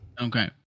Okay